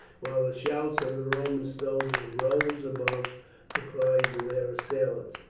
while the shouts of the roman soldiers rose above the cries of their assailants.